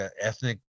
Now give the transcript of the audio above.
ethnic